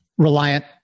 Reliant